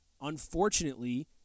Unfortunately